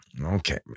Okay